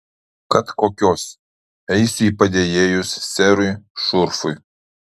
kad kokios eisiu į padėjėjus serui šurfui